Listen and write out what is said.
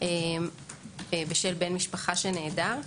בשל בן משפחה שנעדר.